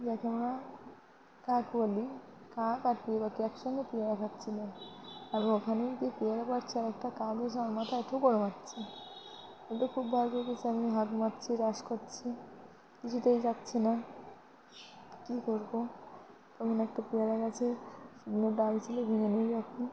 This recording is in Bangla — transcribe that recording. যাকে আমার কাক বলি কাক আর টিয়া পাখি একসঙ্গে পেয়ারা খাচ্ছিল আর ওখানেই গিয়ে পেয়ারা পারছি আর একটা কাক এসে আমার মাথায় ঠোকর মারছে আমি হাত মারছি করছি কিছুতেই যাচ্ছে না কী করবো তখন একটা পেয়ারা গাছে শুকনো ডাল ছিল ভেঙে নিয়েই যখন